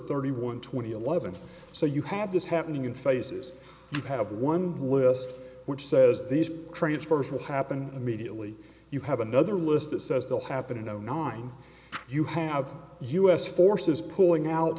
thirty one twenty eleven so you have this happening in phases you have one list which says these transfers will happen immediately you have another list it says they'll happen in zero nine you have u s forces pulling out